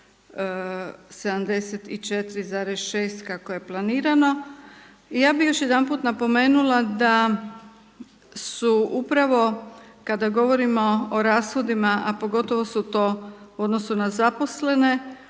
74,6 kako je planirano. Ja bi još jedanput napomenula da su upravo kada govorimo o rashodima, a pogotovo su to u odnosu na zaposlene,